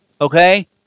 okay